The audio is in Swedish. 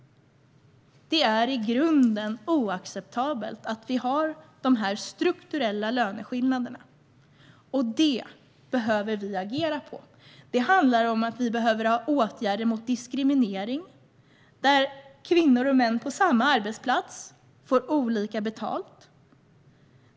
Det är i grunden oacceptabelt att vi har dessa strukturella löneskillnader, och vi måste agera när det gäller detta. Det handlar om att vi behöver vidta åtgärder mot diskriminering, där kvinnor och män på samma arbetsplats får olika löner.